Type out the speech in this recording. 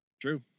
True